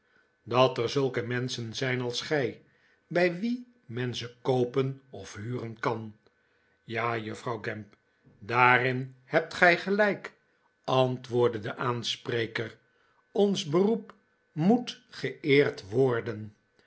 dat er zulke menschen zijn als gij bij wien men ze koopen of huren kan ja juffrouw gamp daarin hebt gij gelijk antwoordde de aanspreker ons beroep moest geeerd worden